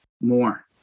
more